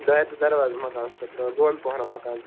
دارِ تہٕ دروازٕ مَکانَس خطرٕ دۄن پۄہرن مَکان